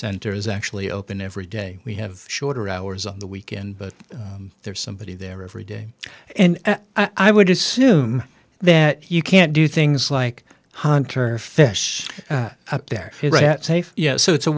center is actually open every day we have shorter hours on the weekend but there's somebody there every day and i would assume that you can't do things like hunter fish up there safe so it's a